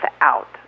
out